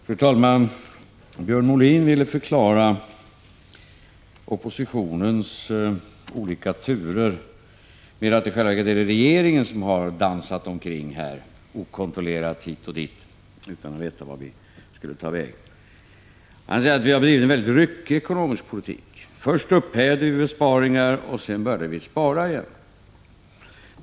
Fru talman! Björn Molin ville förklara oppositionens olika turer med att det är regeringen som har dansat omkring okontrollerat hit och dit utan att veta vart den skulle ta vägen. Han sade att vi bedrivit en väldigt ryckig ekonomisk politik: först upphävde vi besparingar, sedan började vi spara igen.